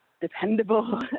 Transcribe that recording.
dependable